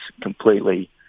completely